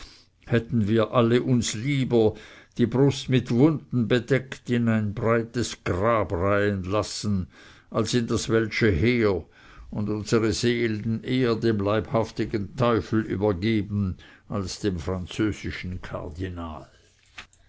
hätten wir alle uns lieber die brust mit wunden bedeckt in ein breites grab reihen lassen als in das welsche heer und unsere seelen eher dem leibhaftigen teufel übergeben als dem französischen kardinal